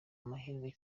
amahirwe